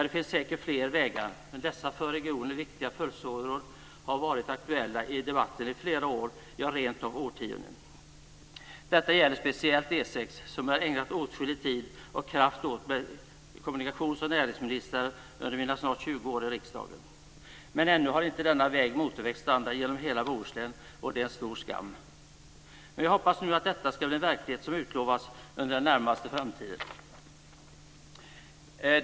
Det finns säkert fler vägar, men dessa för regionen viktiga pulsådror har varit aktuella i debatten i flera år eller rentav årtionden. Detta gäller speciellt E 6, som jag tillsammans med kommunikations och näringsministrar ägnat åtskillig tid och kraft åt under mina snart 20 år i riksdagen. Ännu har inte denna väg motorvägsstandard genom hela Bohuslän, och det är stor skam. Jag hoppas att det ska bli verklighet under den närmaste framtiden, som utlovats.